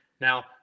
Now